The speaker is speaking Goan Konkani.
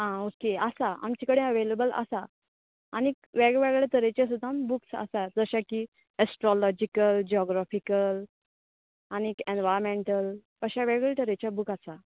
आं ओके आसा आमचे कडेन ऍव्हॅलेबल आसात आनीक वेग वेगळे तरेचे सुद्दां बुक्स आसा जशे की ऍस्ट्रॉलाॅजिकल ज्यॉग्रॉफिकल आनीक ऍनवायरॉमॅंटल अशें वेग वेगळे तरेचे बूक आसात